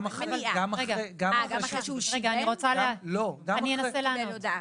אני אנסה לענות.